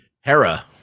Hera